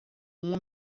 uma